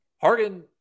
Harden